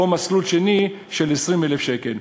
או מסלול שני של 20,000 שקל.